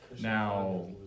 Now